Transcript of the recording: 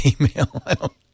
email